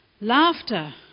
Laughter